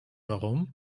warum